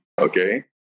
okay